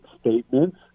statements